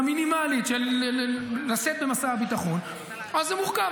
המינימלית של לשאת במשא הביטחון, אז זה מורכב.